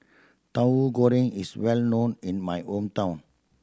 Tauhu Goreng is well known in my hometown